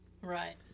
Right